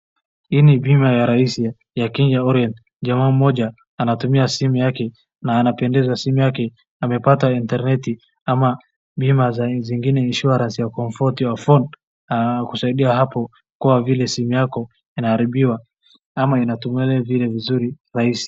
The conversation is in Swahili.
Hii ni bima ya raisi ya Kenya Oriet . Jamaa moja anatumia simu yake na anapendeza simu yake amepata interneti ama bima za zingine insurance ya comfort your phone kusaidia hapo kuwa vile simu yako inaharibiwa ama inatumika vile vizuri raisi.